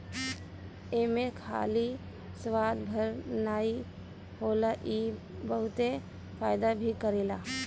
एमे खाली स्वाद भर नाइ होला इ बहुते फायदा भी करेला